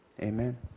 amen